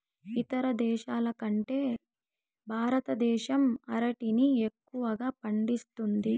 ఇతర దేశాల కంటే భారతదేశం అరటిని ఎక్కువగా పండిస్తుంది